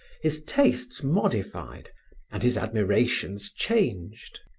his tastes modified and his admirations changed.